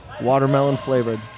watermelon-flavored